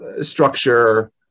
structure